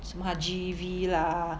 什么 ha G_V lah